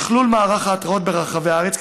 שכלול מערך ההתרעות ברחבי הארץ,